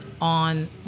on